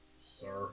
Sir